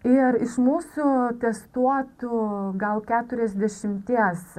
ir iš mūsų testuotų gal keturiasdešimties